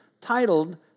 titled